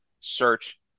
search